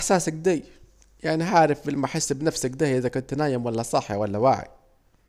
بالإحساس اكده، يعني عارف لما احس بنفسي اكده إزا كنت نايم ولا صاحي ولا واعي